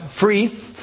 free